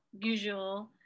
usual